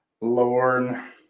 Lorne